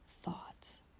thoughts